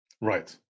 Right